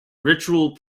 ritual